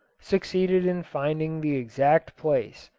succeeded in finding the exact place,